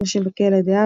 נשים בכלא | דעה,